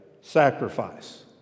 sacrifice